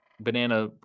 banana